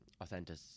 authentic